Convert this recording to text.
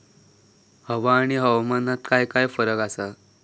हवा आणि हवामानात काय फरक असा?